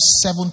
seven